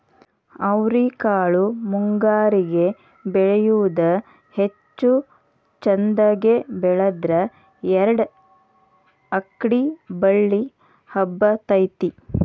ಅವ್ರಿಕಾಳು ಮುಂಗಾರಿಗೆ ಬೆಳಿಯುವುದ ಹೆಚ್ಚು ಚಂದಗೆ ಬೆಳದ್ರ ಎರ್ಡ್ ಅಕ್ಡಿ ಬಳ್ಳಿ ಹಬ್ಬತೈತಿ